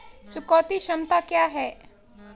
चुकौती क्षमता क्या है?